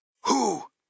Who